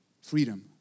freedom